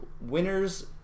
winners